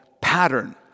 pattern